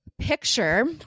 picture